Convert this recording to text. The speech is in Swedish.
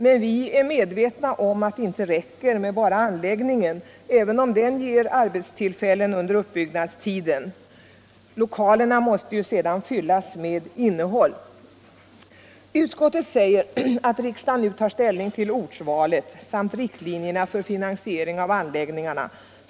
Men vi är medvetna om att det inte räcker med bara anläggningen, även om den ger arbetstillfällen under uppbyggnadstiden. Lokalerna måste sedan fyllas med innehåll. Utskottet säger att riksdagen nu tar ställning till ortvalet samt riktlinjerna för finansiering av anläggningarna.